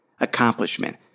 accomplishment